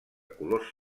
colors